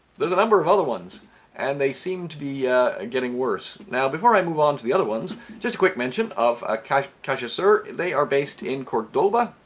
there's a number of other ones and they seem to be a getting worse! now before i move on to the other ones just a quick mention of ah kind of cajasur, they are based in cordoba